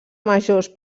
majors